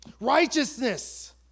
righteousness